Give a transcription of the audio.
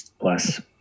Bless